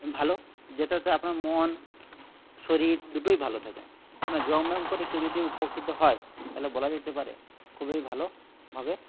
ভালো যেটাতে আপনার মন শরীর দুটোই ভালো থাকে যোগব্যায়াম করে কেউ যদি উপকৃত হয় তাহলে বলা যেতে পারে খুবই ভালো ভাবে